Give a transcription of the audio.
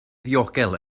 ddiogel